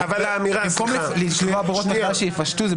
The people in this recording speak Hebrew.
במקום לקבוע הוראות שיפשטו את זה.